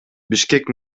бишкек